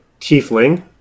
tiefling